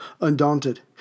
Undaunted